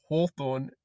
Hawthorne